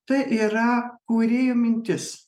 tai yra kūrėjo mintis